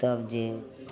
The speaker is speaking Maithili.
तब जे